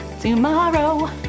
tomorrow